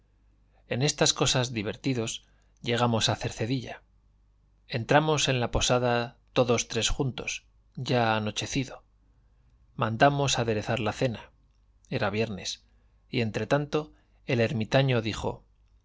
en estas cosas divertidos llegamos a cercedilla entramos en la posada todos tres juntos ya anochecido mandamos aderezar la cena era viernes y entre tanto el ermitaño dijo